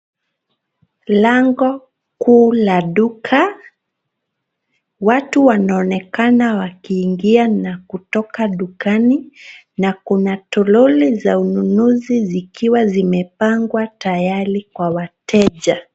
Lango kuu la duka. Watu wanaonekana wakiingia na kutoka dukani na kuna toroli za ununuzi zikiwa zimepangwa tayari kwa wateja.